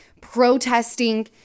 protesting